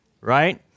right